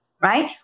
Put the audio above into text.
right